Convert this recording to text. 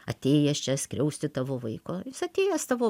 atėjęs čia skriausti tavo vaiko jis atėjęs tavo